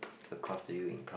across to you in class